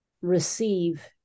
receive